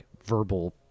verbal